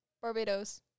Barbados